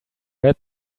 read